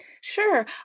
Sure